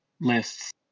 lists